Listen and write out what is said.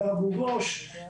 באבו גוש,